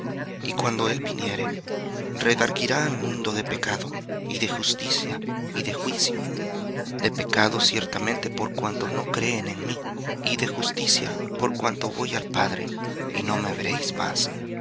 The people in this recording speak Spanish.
y cuando él viniere redargüirá al mundo de pecado y de justicia y de juicio de pecado ciertamente por cuanto no creen en mí y de justicia por cuanto voy al padre y no me veréis más